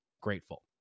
grateful